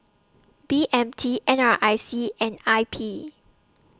B M T N R I C and I P